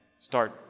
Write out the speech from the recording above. start